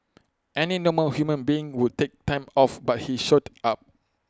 any normal human being would take time off but he showed up